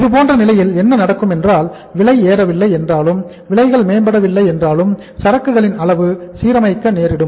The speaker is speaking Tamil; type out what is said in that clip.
இதுபோன்ற நிலையில் என்ன நடக்கும் என்றால் விலைகள் ஏறவில்லை என்றாலும் விலைகள் மேம்படவில்லை என்றாலும் சரக்குகளின் அளவு மறுசீரமைக்க நேரிடும்